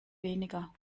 weniger